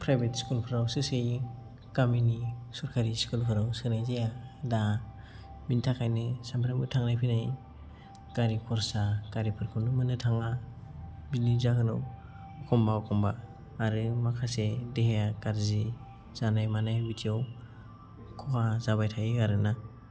private स्कुलफ्रावसो सोहैयो गामिनि सरखारि स्कुलफोराव सोनाय जाया दा बिनि थाखायनो सामफ्रामबो थांनाय फैनाय गारि खरसा गारिफोरखौबो मोननो थाङा बिनि जाहोनाव एखमब्ला एखमब्ला आरो माखासे देहाया गाज्रि जानाय मानाय बिदियाव एखमब्ला जाबाय थायो आरोना